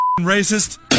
racist